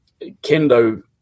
kendo